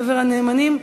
חבר הנאמנים,